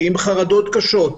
עם חרדות קשות,